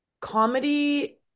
comedy